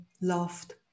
loved